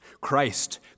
Christ